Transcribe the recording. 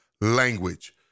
language